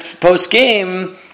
post-game